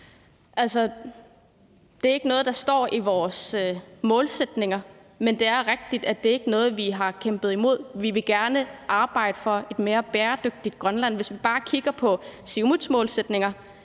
det er ikke noget, der står i vores målsætninger. Men det er rigtigt, at det ikke er noget, vi har kæmpet imod. Vi vil gerne arbejde for et mere bæredygtigt Grønland. Hvis man bare kigger på Siumuts målsætninger,